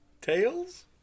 Tails